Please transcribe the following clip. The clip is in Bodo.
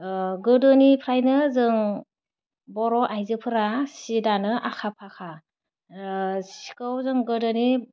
गोदोनिफ्रायनो जों बर' आइजोफोरा सि दानो आखा फाखा सिखौ जों गोदोनि